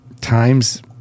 times